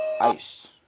Ice